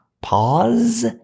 pause